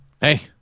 Hey